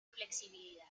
flexibilidad